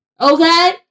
Okay